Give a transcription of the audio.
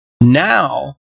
Now